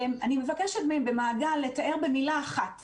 אני מבקשת מהם במעגל לתאר במילה אחת